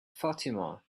fatima